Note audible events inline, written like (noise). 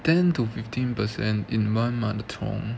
ten to fifteen percent in one (noise)